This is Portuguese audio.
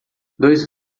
dois